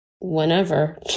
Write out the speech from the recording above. Whenever